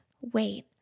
wait